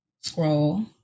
scroll